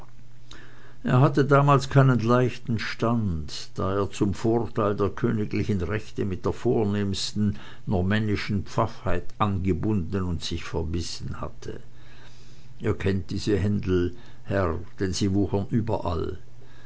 er hatte damals keinen leichten stand da er zum vorteil der königlichen rechte mit der vornehmen normännischen pfaffheit angebunden und sich verbissen hatte ihr kennt diese händel herr denn sie wuchern überall